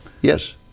Yes